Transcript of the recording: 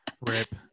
Rip